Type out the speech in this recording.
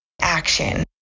action